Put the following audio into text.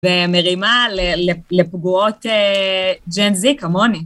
ומרימה לפגועות ג'ן זי, כמוני.